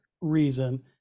reason